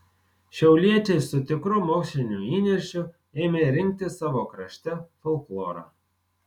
šiauliečiai su tikru moksliniu įniršiu ėmė rinkti savo krašte folklorą